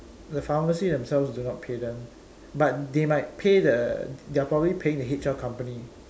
the pharmacy themselves do not pay them but they might pay the they're probably paying the H_R company